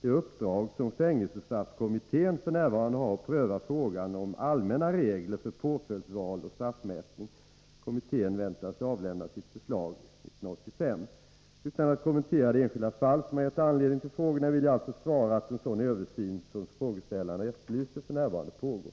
det uppdrag som fängelsestraffkommittén f. n. har att pröva frågan om allmänna regler för påföljdsval och straffmätning. Kommittén väntas avlämna sitt förslag år 1985. Utan att kommentera det enskilda fall som har gett anledning till frågorna vill jag alltså svara att en sådan översyn som frågeställarna efterlyser f. n. pågår.